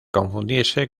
confundirse